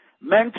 men